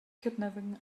kidnapping